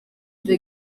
the